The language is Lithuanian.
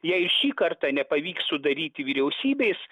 jei šį kartą nepavyks sudaryti vyriausybės